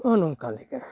ᱱᱚᱜᱼᱚ ᱱᱚᱝᱠᱟ ᱞᱮᱠᱟ